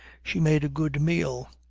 she made a good meal.